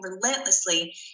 relentlessly